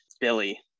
Billy